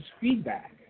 feedback